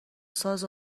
ساز